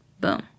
Boom